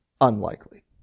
unlikely